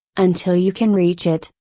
until you can reach it,